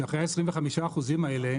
שאחרי ה-25 אחוזים האלה,